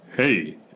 Hey